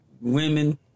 Women